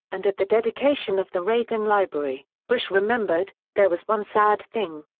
and at the dedication of the reagan library, bush remembered, there was one sad thing.